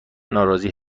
ناراضی